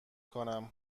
کنم